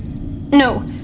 No